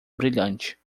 brilhante